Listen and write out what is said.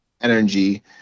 energy